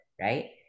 right